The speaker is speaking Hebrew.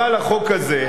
אבל החוק הזה,